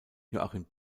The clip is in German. joachim